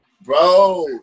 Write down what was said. Bro